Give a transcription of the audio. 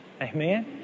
Amen